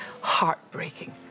heartbreaking